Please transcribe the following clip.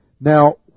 Now